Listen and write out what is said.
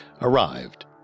arrived